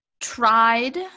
tried